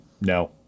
no